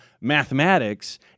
mathematics